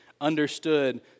understood